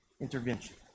intervention